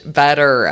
better